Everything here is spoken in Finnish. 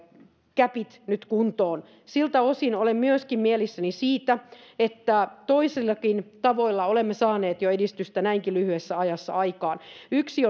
gäpit nyt kuntoon siltä osin olen myöskin mielissäni siitä että toisillakin tavoilla olemme saaneet edistystä jo näinkin lyhyessä ajassa aikaan yksi